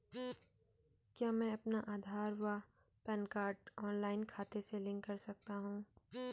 क्या मैं अपना आधार व पैन कार्ड ऑनलाइन खाते से लिंक कर सकता हूँ?